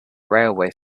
railway